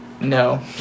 No